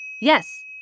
Yes